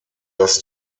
das